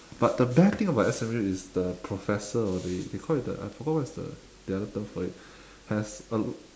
but the bad thing about S_M_U is the professor or they they call it the I forgot what's the the other term for it has a